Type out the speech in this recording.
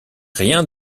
rien